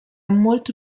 molto